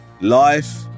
life